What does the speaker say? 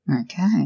Okay